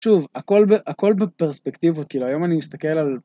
שוב הכל בפרספקטיבות כי היום אני מסתכל על.